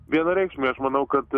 vienareikšmiai aš manau kad